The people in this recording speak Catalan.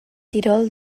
tirol